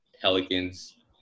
Pelicans